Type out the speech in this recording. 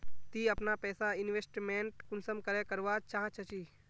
ती अपना पैसा इन्वेस्टमेंट कुंसम करे करवा चाँ चची?